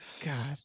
God